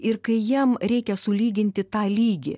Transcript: ir kai jiem reikia sulyginti tą lygį